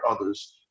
others